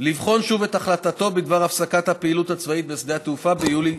לבחון שוב את החלטתו בדבר הפסקת הפעילות הצבאית בשדה התעופה ביולי